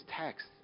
text